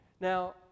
Now